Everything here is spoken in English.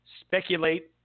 speculate